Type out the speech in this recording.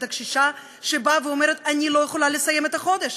את הקשישה שבאה ואומרת: אני לא יכולה לסיים את החודש?